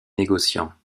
négociants